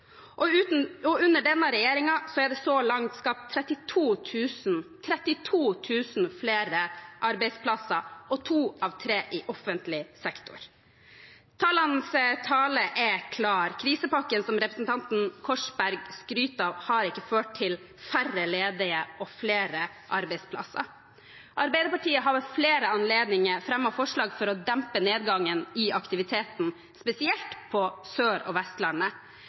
Under denne regjeringen er det så langt skapt 32 000 – 32 000 – flere arbeidsplasser, to av tre i offentlig sektor. Tallenes tale er klar: Krisepakken som representanten Korsberg skryter av, har ikke ført til færre ledige og flere arbeidsplasser. Arbeiderpartiet har ved flere anledninger fremmet forslag for å dempe nedgangen i aktiviteten, spesielt på Sør- og Vestlandet,